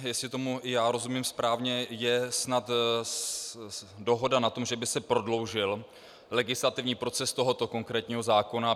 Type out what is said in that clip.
Jestli tomu i já rozumím správně, je snad dohoda na tom, že by se prodloužil legislativní proces tohoto konkrétního zákona.